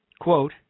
quote